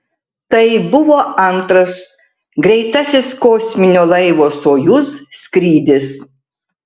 tai buvo antras greitasis kosminio laivo sojuz skrydis